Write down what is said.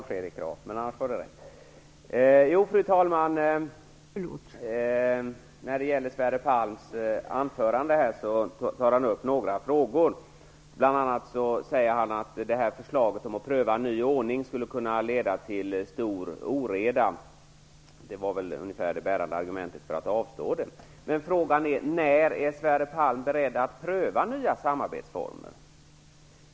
Fru talman! Sverre Palm tar i sitt anförande upp några frågor. Bl.a. säger han att förslaget om att pröva en ny ordning skulle kunna leda till stor oreda, vilket skulle vara det bärande argumentet för att avslå förslaget. Men frågan är när Sverre Palm är beredd att pröva nya samarbetsformer.